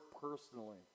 personally